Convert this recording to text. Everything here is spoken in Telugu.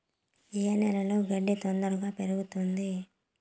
ఏ నేలలో గడ్డి తొందరగా పెరుగుతుంది